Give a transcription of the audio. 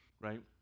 right